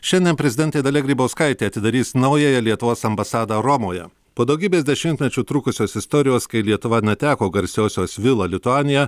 šiandien prezidentė dalia grybauskaitė atidarys naująją lietuvos ambasadą romoje po daugybės dešimtmečių trukusios istorijos kai lietuva neteko garsiosios vila lituanija